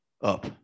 up